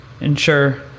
ensure